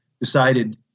Decided